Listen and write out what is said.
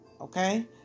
okay